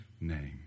name